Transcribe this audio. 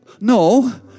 No